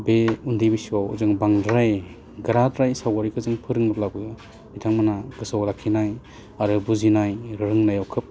बे उन्दै बैसोआव जों बांद्राय गोराद्राय सावगारिखौ जों फोरोङोब्लाबो बिथांमोनहा गोसोआव लाखिनाय आरो बुजिनाय रोंनायाव खोब